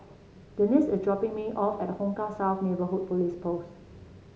Denisse is dropping me off at Hong Kah South Neighbourhood Police Post